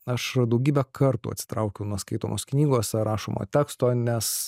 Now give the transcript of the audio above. aš daugybę kartų atsitraukiau nuo skaitomos knygos ar rašomo teksto nes